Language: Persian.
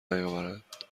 نیاورند